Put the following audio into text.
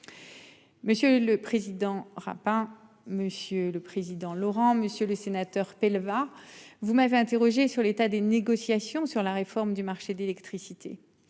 Monsieur le Président rap hein. Monsieur le président Laurent Monsieur le sénateur va vous m'avez interrogé sur l'état des négociations sur la réforme du marché d'électricité